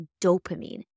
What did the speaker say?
dopamine